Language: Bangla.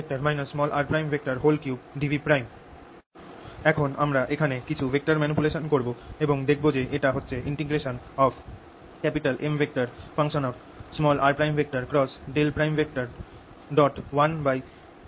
3dV এখন আমরা এখানে কিছু ভেক্টর ম্যানিপুলেশন করব এবং দেখব যে এটা হচ্ছে Mr1r rdV